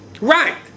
Right